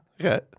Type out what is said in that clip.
Okay